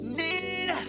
need